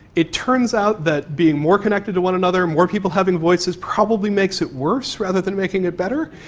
it turns out that being more connected to one another, more people having voices probably makes it worse rather than making it better.